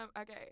Okay